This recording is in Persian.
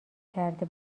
کرده